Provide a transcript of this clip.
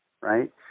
right